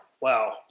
Wow